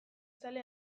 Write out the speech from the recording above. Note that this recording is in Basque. zale